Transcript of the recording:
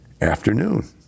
afternoon